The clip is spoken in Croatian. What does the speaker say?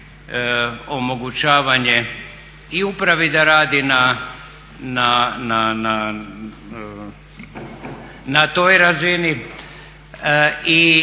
omogućavanje i upravi da radi na toj razini i